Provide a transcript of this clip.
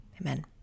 amen